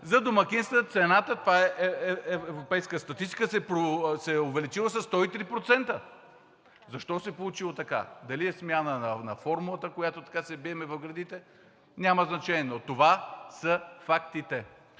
за домакинствата цената – това е европейска статистика – се е увеличила със 103%! Защо се е получило така? Дали е смяна на формулата, с която се бием в гърдите, няма значение. Но това са фактите!